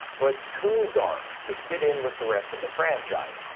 but too dark to fit in with the rest of the franchise.